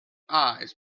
eyes